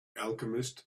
alchemist